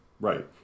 Right